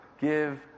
give